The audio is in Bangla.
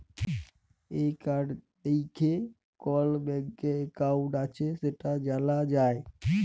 এই কড দ্যাইখে কল ব্যাংকে একাউল্ট আছে সেট জালা যায়